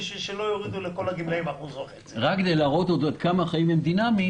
כדי שלא יורידו לכל הגמלאים 1.5%. רק כדי להראות עד כמה החיים דינמיים,